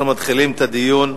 אנחנו מתחילים את הדיון.